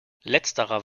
letzterer